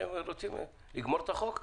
אתם רוצים לגמור את החוק?